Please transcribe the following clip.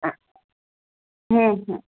ಹಾಂ ಹ್ಞೂ ಹ್ಞೂ